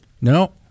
No